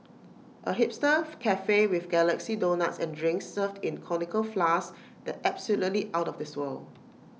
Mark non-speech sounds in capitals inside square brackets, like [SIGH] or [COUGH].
A hipster [NOISE] Cafe with galaxy donuts and drinks served in conical flasks that's absolutely out of this world